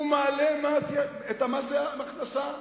ומעלה את מס ההכנסה,